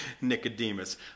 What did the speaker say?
Nicodemus